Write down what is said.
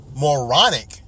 moronic